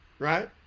right